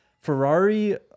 Ferrari